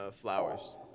flowers